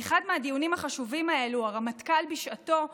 באחד מהדיונים החשובים האלה הרמטכ"ל בשעתו,